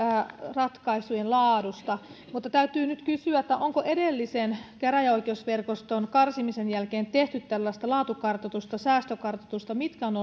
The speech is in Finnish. ratkaisujen laadusta mutta täytyy nyt kysyä onko edellisen käräjäoikeusverkoston karsimisen jälkeen tehty tällaista laatukartoitusta säästökartoitusta ja mitkä ovat